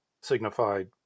signified